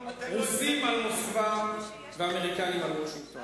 רוסים על מוסקבה ואמריקנים על וושינגטון".